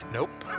Nope